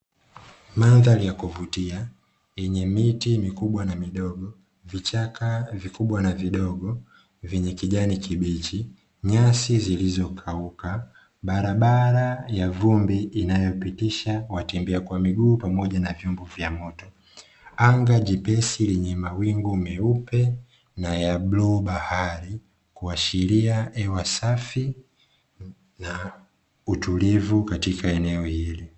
Mandhari ya kuvutia yenye miti mikubwa na midogo vichaka vikubwa na vidogo vyenye kijani kibichi, nyasi zilizo kauka, barabara ya vumbi inayopitisha watembea kwa miguu pamoja na vyombo vya moto, anga jepesi lenye mawingu meupe na ya bluu bahari kuashilia hewa safi na utulivu katika eneo hili.